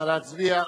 להצביע.